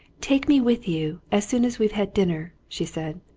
take me with you, as soon as we've had dinner, she said.